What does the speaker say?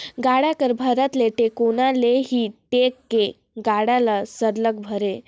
गाड़ा कर भरत ले टेकोना ले ही टेक के गाड़ा ल सरलग भरे